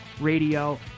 radio